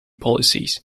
policies